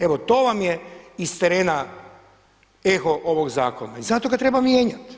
Evo to vam je iz terena eho ovog zakona i zato ga treba mijenjati.